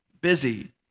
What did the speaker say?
busy